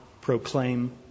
proclaim